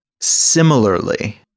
Similarly